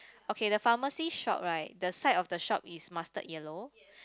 okay the pharmacy shop right the side of the shop is mustard yellow